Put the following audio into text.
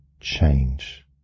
Change